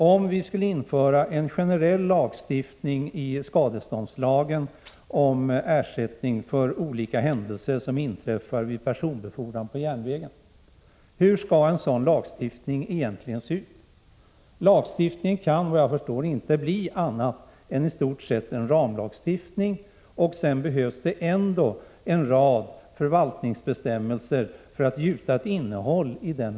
Hur skulle egentligen en generell lagstiftning i skadeståndslagen om ersättning för olika händelser som inträffar vid personbefordran på järnvägen se ut? Lagstiftningen skulle, såvitt jag förstår, inte kunna bli i stort sett annat än en ramlagstiftning. Därutöver skulle det behövas en rad förvaltningsbestämmelser för att ge ett innehåll åt lagen.